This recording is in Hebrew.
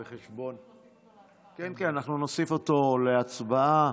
נוסיף אותך להצבעה.